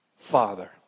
Father